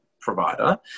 provider